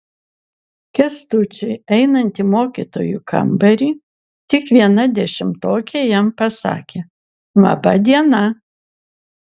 kęstučiui einant į mokytojų kambarį tik viena dešimtokė jam pasakė laba diena